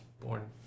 born